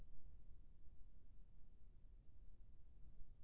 UPI से पैसा कैसे जाँच कर सकत हो?